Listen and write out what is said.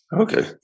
Okay